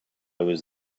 was